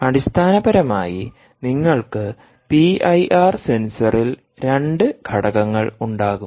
അടിസ്ഥാനപരമായി നിങ്ങൾക്ക് പിഐആർ സെൻസറിൽ രണ്ട് ഘടകങ്ങൾ ഉണ്ടാകും